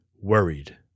worried